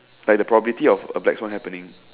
like the probability of a black Swan happening